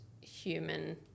human